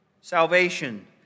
Salvation